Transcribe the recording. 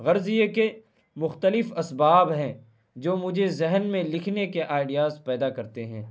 غرض یہ کہ مختلف اسباب ہیں جو مجھے ذہن میں لکھنے کے آئیڈیاز پیدا کرتے ہیں